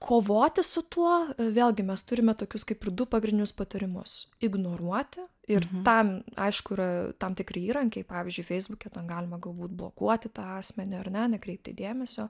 kovoti su tuo vėlgi mes turime tokius kaip ir du pagrindinius patarimus ignoruoti ir tam aišku yra tam tikri įrankiai pavyzdžiui feisbuke ten galima galbūt blokuoti tą asmenį ar ne nekreipti į jį dėmesio